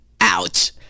ouch